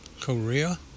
Korea